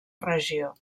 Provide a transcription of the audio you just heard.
regió